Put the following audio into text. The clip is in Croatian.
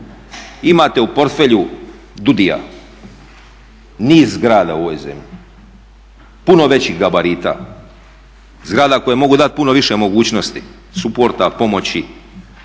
imate u portfelju DUDI-a, niz zgrada u ovoj zemlji, puno većih gabarita, zgrada koje mogu dati puno više mogućnosti, suporta, pomoći,